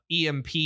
emp